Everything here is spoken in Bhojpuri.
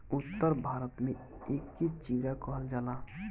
उत्तर भारत में एके चिवड़ा कहल जाला